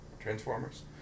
Transformers